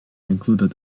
included